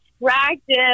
attractive